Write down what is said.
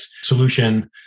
solution